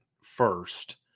first